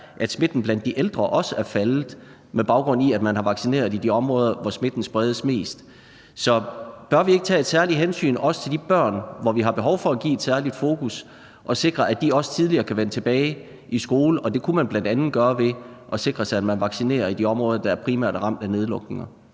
at smitten blandt de ældre også er faldet, med baggrund i at man har vaccineret i de områder, hvor smitten spredes mest. Så bør vi ikke tage et særligt hensyn til de børn, som vi har behov for at give et særligt fokus, og sikre, at de også tidligere kan vende tilbage i skole? Det kunne man bl.a. gøre ved at sikre sig, at man vaccinerer i de områder, der primært er ramt af nedlukninger.